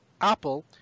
Apple